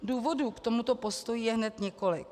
Důvodů k tomuto postoji je hned několik.